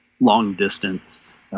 long-distance